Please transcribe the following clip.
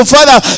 Father